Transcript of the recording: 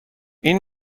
این